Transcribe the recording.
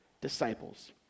disciples